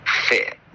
fit